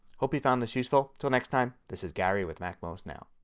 hope you found this useful. until next time this is gary with macmost now.